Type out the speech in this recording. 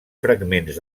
fragments